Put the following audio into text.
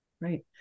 Right